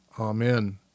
Amen